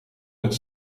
met